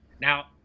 Now